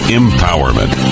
empowerment